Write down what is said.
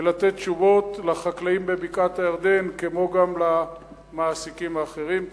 ולתת תשובות לחקלאים בבקעת-הירדן כמו גם למעסיקים האחרים.